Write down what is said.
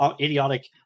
idiotic